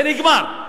זה נגמר.